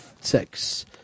six